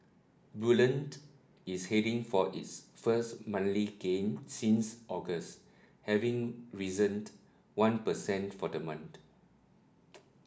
bullion is heading for its first monthly gain since August having risened one percent for the month